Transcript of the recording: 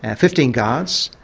and fifteen guards,